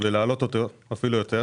ולהעלות אותו אפילו יותר.